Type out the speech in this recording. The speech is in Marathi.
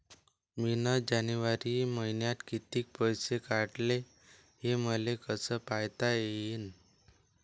मिन जनवरी मईन्यात कितीक पैसे काढले, हे मले कस पायता येईन?